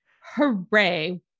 hooray